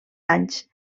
anys